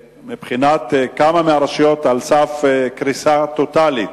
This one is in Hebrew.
כמה מהרשויות נמצאות על סף קריסה טוטלית.